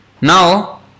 Now